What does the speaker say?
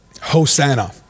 Hosanna